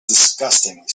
disgustingly